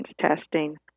testing